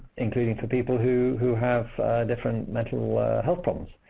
including for people who who have different mental health problems.